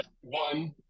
one